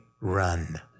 run